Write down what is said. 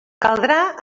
caldrà